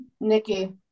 Nikki